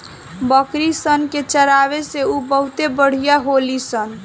बकरी सन के चरावे से उ बहुते बढ़िया होली सन